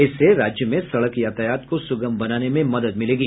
इससे राज्य में सड़क यातायात को सुगम बनाने में मदद मिलेगी